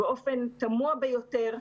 באופן תמוה ביותר,